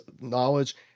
knowledge